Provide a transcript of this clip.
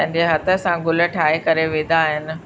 पंहिंजे हथ सां गुल ठाहे करे विधा आहिनि